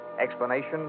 Explanation